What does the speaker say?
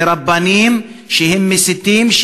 מרבנים שהם מסיתים,